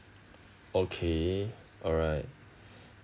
okay alright